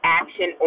action